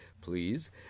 please